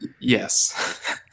Yes